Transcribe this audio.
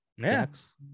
next